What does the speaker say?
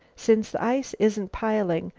since the ice isn't piling,